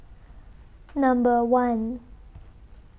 Number one